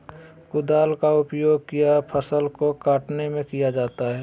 कुदाल का उपयोग किया फसल को कटने में किया जाता हैं?